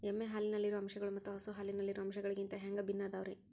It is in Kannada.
ಎಮ್ಮೆ ಹಾಲಿನಲ್ಲಿರೋ ಅಂಶಗಳು ಮತ್ತ ಹಸು ಹಾಲಿನಲ್ಲಿರೋ ಅಂಶಗಳಿಗಿಂತ ಹ್ಯಾಂಗ ಭಿನ್ನ ಅದಾವ್ರಿ?